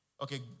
Okay